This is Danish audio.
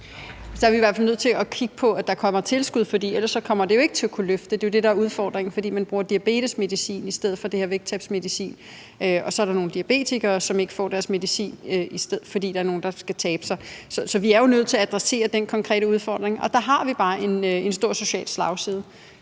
vi i hvert fald nødt til at kigge på, at der kommer tilskud, for ellers kommer de jo ikke til at kunne løfte det. Det er jo det, der er udfordringen, fordi man bruger diabetesmedicin i stedet for den her vægttabsmedicin, og så er der nogle diabetikere, som ikke får deres medicin, fordi der er nogle, der skal tabe sig. Så vi er jo nødt til at adressere den konkrete udfordring, og der er bare en stor social slagside,